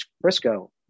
Frisco